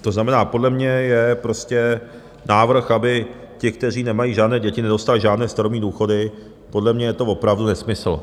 To znamená, podle mě je prostě návrh, aby ti, kteří nemají žádné děti, nedostali žádné starobní důchody, podle mě je to opravdu nesmysl.